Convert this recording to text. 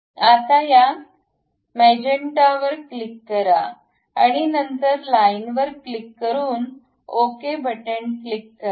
आता या मॅजेन्टावर क्लिक करा आणि नंतर लाईन वर क्लिक करून ओके क्लिक करा